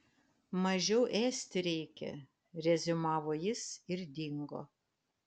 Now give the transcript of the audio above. mažiau ėsti reikia reziumavo jis ir dingo